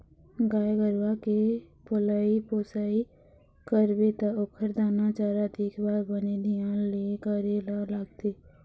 गाय गरूवा के पलई पोसई करबे त ओखर दाना चारा, देखभाल बने धियान ले करे ल लागथे